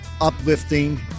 uplifting